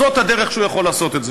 אז זאת הדרך שבה הוא יכול לעשות את זה.